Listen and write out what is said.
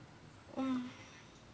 mm